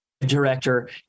director